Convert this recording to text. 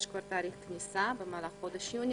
יש כבר תאריך כניסה במהלך חודש יוני.